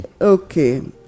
Okay